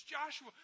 Joshua